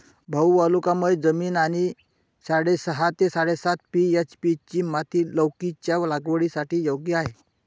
भाऊ वालुकामय जमीन आणि साडेसहा ते साडेसात पी.एच.ची माती लौकीच्या लागवडीसाठी योग्य आहे